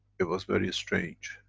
it was very strange.